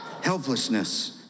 Helplessness